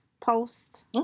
post